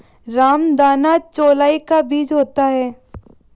रामदाना चौलाई का बीज होता है